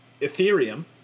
Ethereum